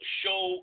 show